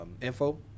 info